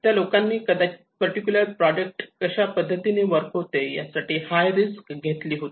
त्या लोकांनी कदाचित पर्टिक्युलर प्रॉडक्ट कशा पद्धतीने वर्क होते यासाठी हाय रिस्क घेतली होती